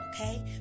okay